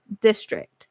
district